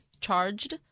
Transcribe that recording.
charged